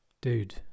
dude